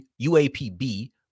UAPB